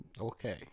Okay